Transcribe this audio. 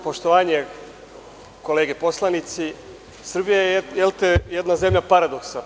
Poštovanje kolege poslanici, Srbija je jedna zemlja paradoksa.